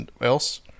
else